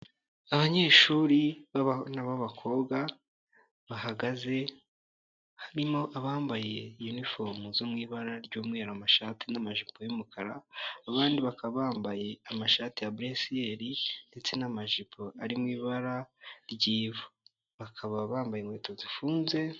Abanyeshuri b'abakobwa bahagaze harimo abambaye uniforomu zo mu ibara ry'umweru amashati n'amajipo y'umukara abandi bakaba bambaye amashati ya buresiyeri ndetse n'amajipo ari mu ibara ry'ivu, bakaba bambaye inkweto zifunze.